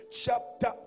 chapter